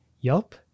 Yelp